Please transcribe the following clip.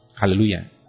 Hallelujah